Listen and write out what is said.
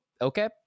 okay